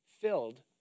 filled